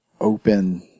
open